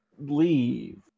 leave